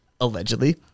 Allegedly